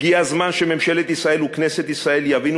הגיע הזמן שממשלת ישראל וכנסת ישראל יבינו